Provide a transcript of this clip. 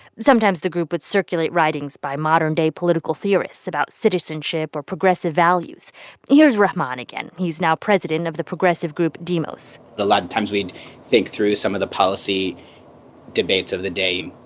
sometimes the group would circulate writings by modern-day political theorists about citizenship or progressive values here's rahman again. he's now president of the progressive group demos a lot of times, we'd think through some of the policy debates of the day.